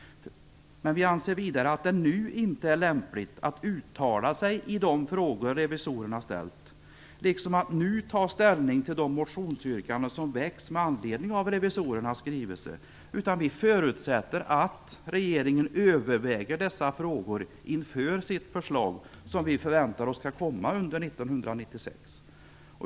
Vi anser vidare att det nu inte är lämpligt att uttala sig i de frågor revisorerna ställt, eller att nu ta ställning till de motionsyrkanden som väckts med anledning av revisorernas skrivelse. Vi förutsätter att regeringen överväger dessa frågor inför sitt förslag som vi räknar med kommer under 1996.